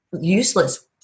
useless